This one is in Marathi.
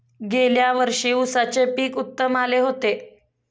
गेल्या वर्षी उसाचे पीक उत्तम आले होते